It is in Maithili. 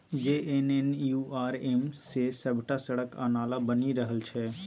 जे.एन.एन.यू.आर.एम सँ सभटा सड़क आ नाला बनि रहल छै